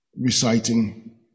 reciting